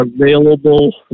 available